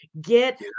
get